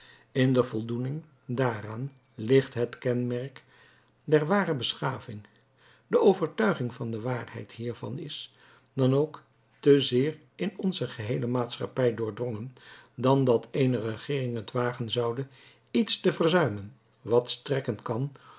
in de voldoening daaraan ligt het kenmerk der ware beschaving de overtuiging van de waarheid hiervan is dan ook te zeer in onze geheele maatschappij doorgedrongen dan dat eene regeering het wagen zoude iets te verzuimen wat strekken kan